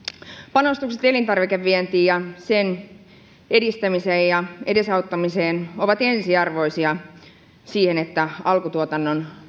panostukset elintarvikevientiin ja sen edistämiseen ja edesauttamiseen ovat ensiarvoisia sille että alkutuotannon